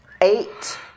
Eight